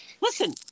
listen